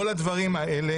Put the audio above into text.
כל הדברים האלה